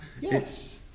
Yes